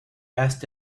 asked